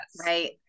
Right